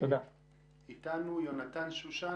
יונתן שושן,